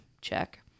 Check